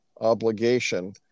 obligation